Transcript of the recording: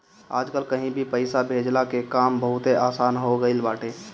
आजकल कहीं भी पईसा भेजला के काम बहुते आसन हो गईल बाटे